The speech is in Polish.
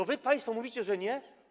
A wy, państwo, mówicie, że nie?